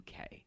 UK